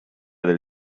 del